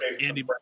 Andy